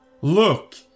Look